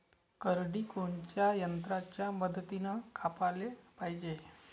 करडी कोनच्या यंत्राच्या मदतीनं कापाले पायजे?